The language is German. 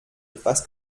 etwas